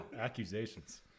Accusations